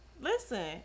Listen